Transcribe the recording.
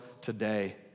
today